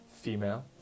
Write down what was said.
female